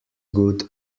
good